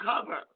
cover